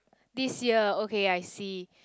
this year okay I see